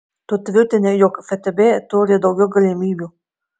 tu tvirtini jog ftb turi daugiau galimybių